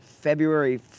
February